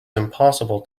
impossible